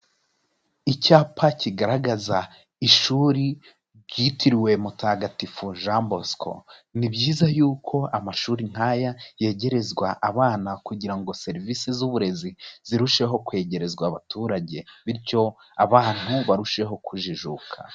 Icyapa kigaragaza ishuri ryitiriwe Mutagatifu Jean Bosco, ni byiza y'uko amashuri nk'aya yegerezwa abana kugira ngo serivisi z'uburezi zirusheho kwegerezwa abaturage bityo abantu barusheho kujijuka.